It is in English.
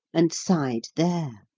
and sighed there.